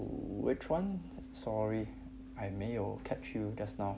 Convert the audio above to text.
which [one] sorry 我没有 catch you just now